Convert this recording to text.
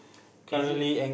is it